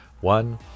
one